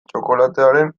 txokolatearen